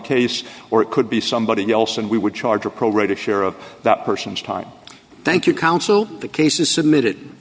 case or it could be somebody else and we would charge a pro rata share of that person's time thank you counsel the case is submitted